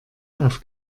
auf